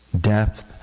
depth